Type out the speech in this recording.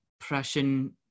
Prussian